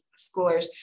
schoolers